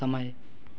समय